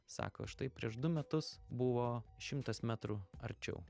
sako štai prieš du metus buvo šimtas metrų arčiau